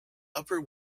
upper